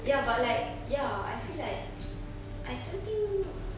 ya but like ya I feel like I don't think